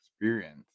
experience